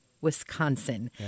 Wisconsin